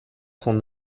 son